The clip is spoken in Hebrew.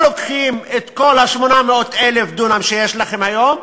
לוקחים את כל 800,000 הדונם שיש לכם היום,